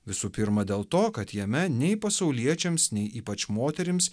visų pirma dėl to kad jame nei pasauliečiams nei ypač moterims